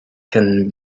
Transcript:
can